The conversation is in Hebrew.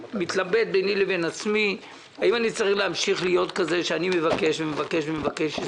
מתלבט ביני לבין עצמי האם אני צריך להמשיך להיות כזה שמבקש ומבקש ומבקש,